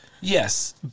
Yes